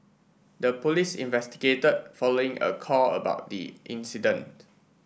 the police investigated following a call about the incident